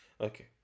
okay